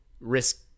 risk